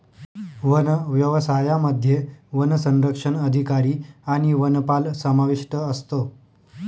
one व्यवसायामध्ये वनसंरक्षक अधिकारी आणि वनपाल समाविष्ट असतो